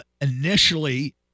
initially